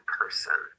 person